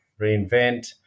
reinvent